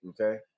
okay